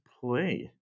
play